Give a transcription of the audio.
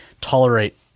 tolerate